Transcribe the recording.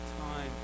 time